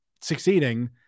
succeeding